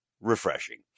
refreshing